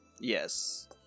Yes